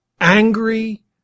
angry